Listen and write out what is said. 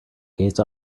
case